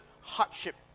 hardship